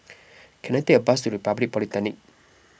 can I take a bus to Republic Polytechnic